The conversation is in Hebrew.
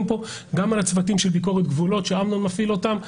כאן גם על הצוותים של ביקורת גבולות שאמנון מפעיל אותם,